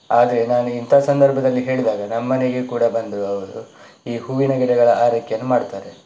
ಆದರೆ ನಾನು ಇಂಥ ಸಂದರ್ಭದಲ್ಲಿ ಹೇಳಿದಾಗ ನಮ್ಮ ಮನೆಗೆ ಕೂಡ ಬಂದು ಅವರು ಈ ಹೂವಿನ ಗಿಡಗಳ ಆರೈಕೆಯನ್ನು ಮಾಡ್ತಾರೆ